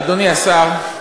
אדוני השר,